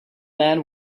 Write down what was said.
man